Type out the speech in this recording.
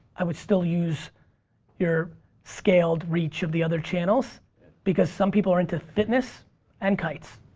i would still use your scaled reach of the other channels because some people are into fitness and kites.